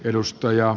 edustaja